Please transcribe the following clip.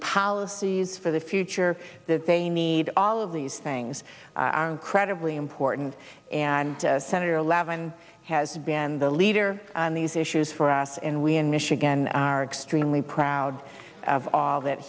policies for the future that they need all of these things are incredibly important and senator levin has been the leader on these issues for us and we in michigan are extremely proud of all that